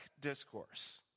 discourse